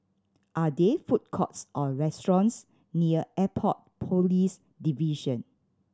are there food courts or restaurants near Airport Police Division